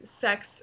Sex